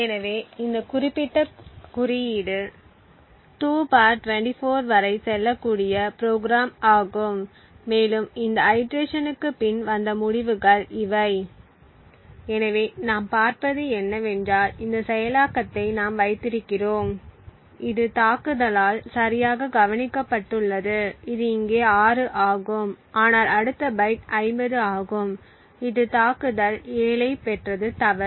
எனவே இந்த குறிப்பிட்ட குறியீடு 2 24 வரை செல்ல கூடிய ப்ரோக்ராம் ஆகும் மேலும் இந்த ஐடிரேஷன்க்குப் பின் வந்த முடிவுகள் இவை எனவே நாம் பார்ப்பது என்னவென்றால் இந்த செயலாக்கத்தை நாம் வைத்திருக்கிறோம் இது தாக்குதலால் சரியாக கணிக்கப்பட்டுள்ளது இது இங்கே 6 ஆகும் ஆனால் அடுத்த பைட் 50 ஆகும் இது தாக்குதல் 7 ஐப் பெற்றது தவறு